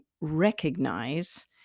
recognize